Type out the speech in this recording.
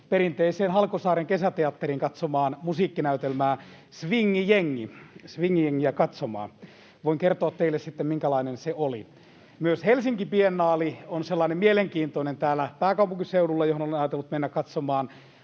perinteiseen Halkosaaren kesäteatteriin katsomaan musiikkinäytelmää ”Swingijengi”. Voin kertoa teille sitten, minkälainen se oli. Myös Helsinki Biennaali on sellainen mielenkiintoinen täällä pääkaupunkiseudulla, johon olen ajatellut mennä katsomaan